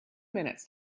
minutes